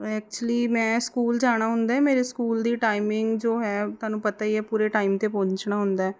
actually ਮੈਂ school ਜਾਣਾ ਹੁੰਦਾ ਮੇਰੇ ਸਕੂਲ ਦੀ ਟਾਈਮਿੰਗ ਜੋ ਹੈ ਤੁਹਾਨੂੰ ਪਤਾ ਹੀ ਹੈ ਪੂਰੇ ਟਾਈਮ 'ਤੇ ਪਹੁੰਚਣਾ ਹੁੰਦਾ